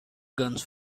guns